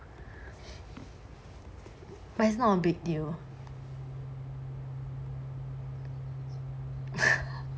but it's not a big deal